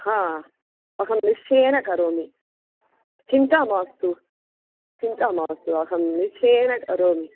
अहं निश्चयेन करोमि चिन्ता मास्तु चिन्ता मास्तु अहं निश्चयेन करोमि